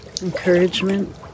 Encouragement